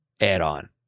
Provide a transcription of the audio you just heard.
add-on